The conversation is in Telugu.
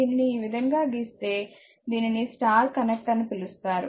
దీనిని ఈ విధంగా గీస్తే దీనిని స్టార్ కనెక్ట్ అని పిలుస్తారు